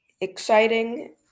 exciting